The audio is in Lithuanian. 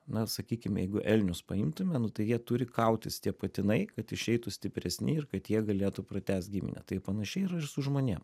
na sakykim jeigu elnius paimtume nu tai jie turi kautis tie patinai kad išeitų stipresni ir kad jie galėtų pratęst giminę taip panašiai ir su žmonėm